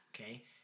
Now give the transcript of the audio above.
okay